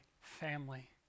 family